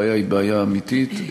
הבעיה היא בעיה אמיתית,